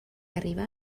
arribà